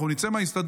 אנחנו נצא מההסתדרות.